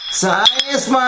Science